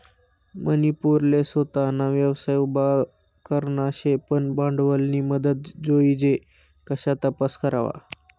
मनी पोरले सोताना व्यवसाय उभा करना शे पन भांडवलनी मदत जोइजे कशा तपास करवा?